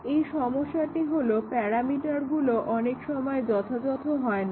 এই সমস্যাটি হলো প্যারামিটারগুলো অনেক সময় যথাযথ হয়না